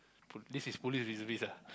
this is police reservist lah